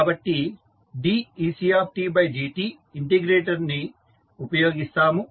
కాబట్టి decdt integrator ని ఉపయోగిస్తాము